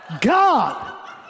God